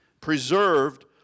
preserved